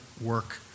work